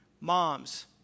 moms